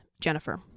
Jennifer